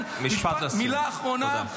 -- ולומר,